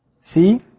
See